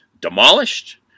demolished